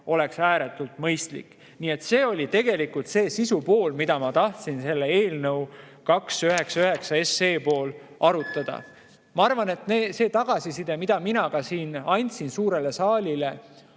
oleks ääretult mõistlik. Nii et see oli see sisupool, mida ma tahtsin eelnõu 299 puhul arutada. Ma arvan, et see tagasiside, mida ka mina siin andsin suurele saalile,